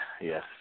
Yes